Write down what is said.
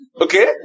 Okay